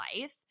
life